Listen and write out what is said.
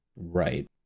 Right